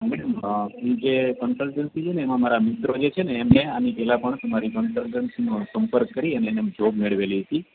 madam હું જે consultancy છેને એમાં મારા મિત્રો જે છેને એ મેં આની પહેલાં પણ તમારી કન્સલ્ટસીનો સંપર્ક કરી અને એને એમ જોબ મેળવેલી હતી